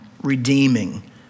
redeeming